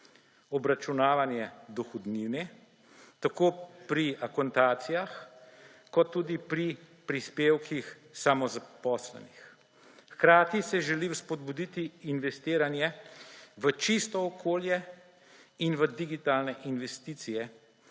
obračunavanje dohodnine tako pri akontacijah kot tudi pri prispevkih samozaposlenih. Hkrati se želi spodbuditi investiranje v čisto okolje in v digitalne investicije